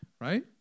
Right